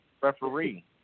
referee